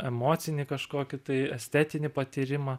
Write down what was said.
emocinį kažkokį tai estetinį patyrimą